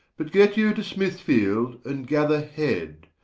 but get you to smithfield, and gather head,